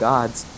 God's